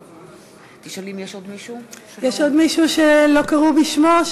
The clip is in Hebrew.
יש עוד מישהו שלא קראו בשמו?